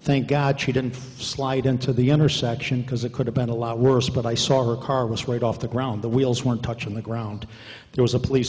thank god she didn't slide into the intersection because it could have been a lot worse but i saw her car was right off the ground the wheels weren't touching the ground there was a police